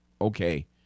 Okay